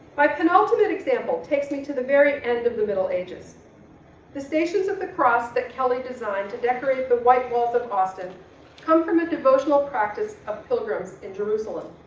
my penultimate example takes me to the very end of the middle ages the stations of the cross that kelly designed to decorate the white walls of austin come from the devotional practice of pilgrims in jerusalem.